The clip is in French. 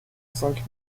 cinq